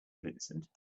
vincent